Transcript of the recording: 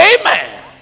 amen